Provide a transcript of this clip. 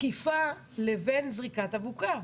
תקיפה לבין זריקת אבוקה,